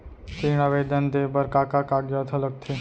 ऋण आवेदन दे बर का का कागजात ह लगथे?